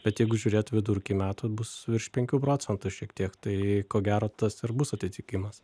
bet jeigu žiūrėt vidurkį metų bus virš penkių procentų šiek tiek tai ko gero tas ir bus atitikimas